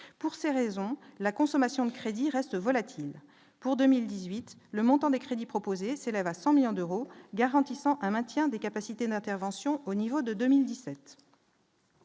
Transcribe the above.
pour ces raisons, la consommation de crédit reste volatile pour 2018 le montant des crédits proposés s'élève à 100 millions d'euros, garantissant un maintien des capacités d'intervention au niveau de 2017.